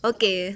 Okay